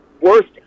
worst